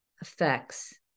affects